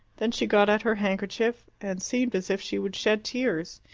then she got out her handkerchief, and seemed as if she would shed tears.